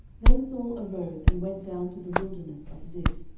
then saul arose, and went down to the wilderness of ziph,